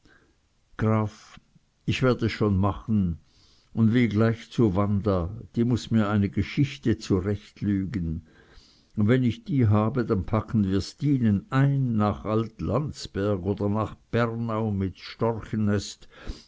graf ich werd es schon machen un will gleich zu wanda die muß mir eine geschichte zurechtlügen un wenn ich die habe dann packen wir stinen ein nach alt landsberg oder nach bernau mit